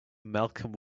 malcolm